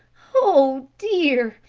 oh, dear!